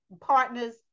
partner's